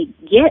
get